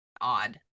odd